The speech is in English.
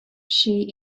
she